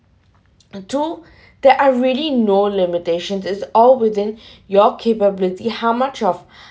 and too there are really no limitations is all within your capability how much of